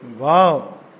Wow